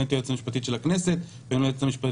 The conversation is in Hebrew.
אני פניתי ליועצת המשפטית של הכנסת וגם ליועץ המשפטי